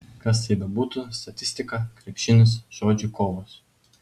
kas tai bebūtų statistika krepšinis žodžių kovos